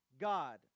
God